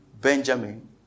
Benjamin